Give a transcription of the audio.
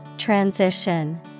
Transition